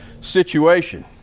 situation